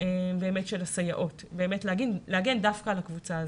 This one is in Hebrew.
של הסייעות, ולהגן באמת דווקא על הקבוצה הזו.